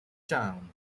town